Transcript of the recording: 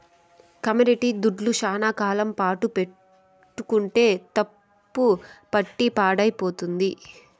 commodity దుడ్లు శ్యానా కాలం పాటు పెట్టుకుంటే తుప్పుపట్టి పాడైపోతుంది